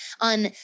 on